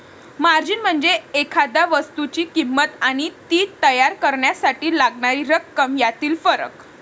margin म्हणजे एखाद्या वस्तूची किंमत आणि ती तयार करण्यासाठी लागणारी रक्कम यातील फरक